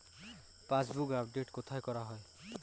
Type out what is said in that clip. Passbook update কোথায় করা হয়?